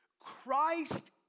Christ